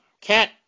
Cat